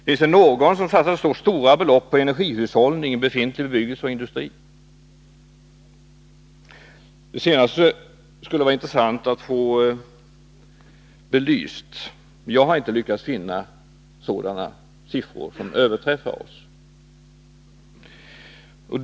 Finns det något land som satsat så stora belopp på energihushållning i befintlig bebyggelse och industri? Det sistnämnda skulle vara intressant att få belyst. Jag har inte lyckats finna några siffror som överträffar våra.